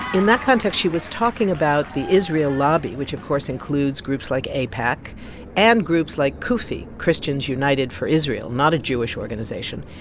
in that context, she was talking about the israel lobby, which of course includes groups like aipac and groups like cufi, christians united for israel not a jewish organization.